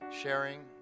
sharing